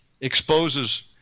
exposes